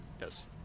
Yes